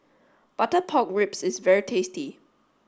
Butter Pork Ribs is very tasty